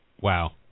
Wow